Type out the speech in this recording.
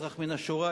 אזרח מן השורה,